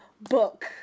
book